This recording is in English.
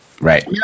Right